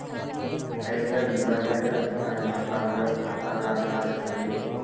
आयेकर विभागेर अधिकारी फार्मर खाता लार जांच करले